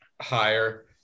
higher